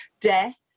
death